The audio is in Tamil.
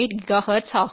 8 ஜிகாஹெர்ட்ஸ் ஆகும்